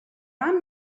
i’m